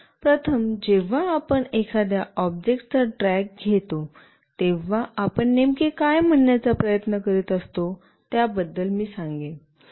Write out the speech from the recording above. प्रथम जेव्हा आपण एखाद्या ऑब्जेक्टचा ट्रॅक घेतो तेव्हा आपण नेमके काय म्हणण्याचा प्रयत्न करीत असतो त्याबद्दल मी सांगेन